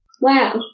Wow